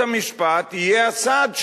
בית-המשפט יהיה הסעד שלו,